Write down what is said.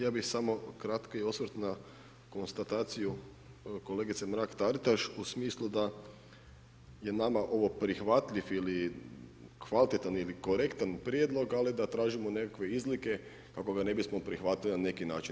Ja bih samo kratki osvrt na konstataciju kolegice Mrak-Taritaš u smislu da je nama ovo prihvatljiv ili kvalitetan ili korektan prijedlog, ali da tražimo nekakve izlike kako ga ne bismo prihvatili na neki način.